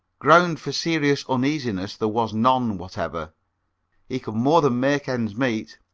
ground for serious uneasiness there was none whatever he could more than make ends meet,